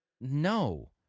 No